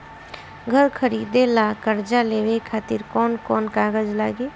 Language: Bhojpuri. घर खरीदे ला कर्जा लेवे खातिर कौन कौन कागज लागी?